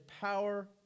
power